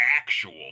actual